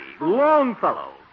Longfellow